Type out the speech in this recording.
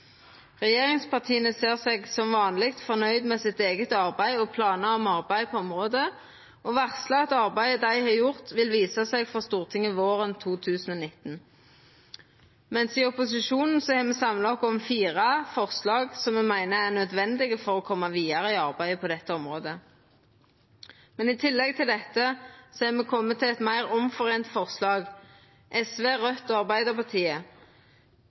Regjeringspartia ser seg som vanleg fornøgd med sitt eige arbeid og planar om arbeid på området og varslar at arbeidet dei har gjort, vil visa seg for Stortinget våren 2019. I opposisjonen har me samla oss om fire forslag som me meiner er nødvendige for å koma vidare i arbeidet på dette området. I tillegg til dette har SV, Raudt og Arbeidarpartiet kome fram til eit meir samlande forslag